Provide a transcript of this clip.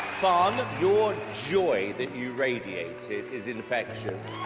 fun of your joy that you radiate it is infectious